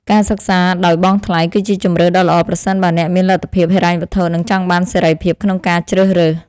ការសិក្សាដោយបង់ថ្លៃគឺជាជម្រើសដ៏ល្អប្រសិនបើអ្នកមានលទ្ធភាពហិរញ្ញវត្ថុនិងចង់បានសេរីភាពក្នុងការជ្រើសរើស។